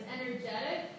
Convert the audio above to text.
energetic